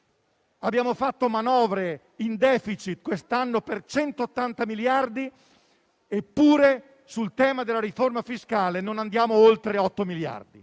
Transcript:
Abbiamo fatto manovre in *deficit* quest'anno per 180 miliardi, eppure sul tema della riforma fiscale non andiamo oltre gli otto miliardi.